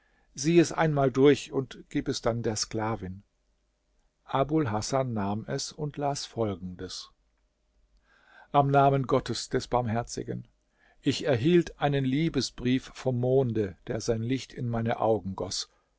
sieh es einmal durch und gib es dann der sklavin abul hasan nahm es und las folgendes am namen gottes des barmherzigen ich erhielt einen liebesbrief vom monde der sein licht in meine augen goß